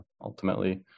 ultimately